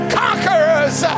conquerors